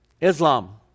Islam